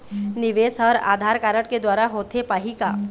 निवेश हर आधार कारड के द्वारा होथे पाही का?